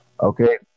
Okay